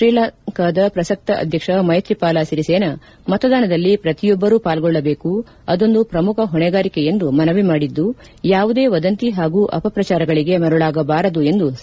ಶ್ರೀಲಂಕಾದ ಪ್ರಸಕ್ತ ಅಧ್ಯಕ್ಷ ಮೈತ್ರಿಪಾಲ ಸಿರಿಸೇನಾ ಮತದಾನದಲ್ಲಿ ಪ್ರತಿಯೊಬ್ಬರು ಪಾಲ್ಗೊಳ್ಳಬೇಕು ಅದೊಂದು ಪ್ರಮುಖ ಹೊಣೆಗಾರಿಕೆ ಎಂದು ಮನವಿ ಮಾಡಿದ್ದು ಯಾವುದೇ ವದಂತಿ ಹಾಗೂ ಅಪಪ್ರಚಾರಗಳಿಗೆ ಮರುಳಾಗಬಾರದು ಎಂದು ಸಾರ್ವಜನಿಕರನ್ನು ಕೋರಿದ್ದಾರೆ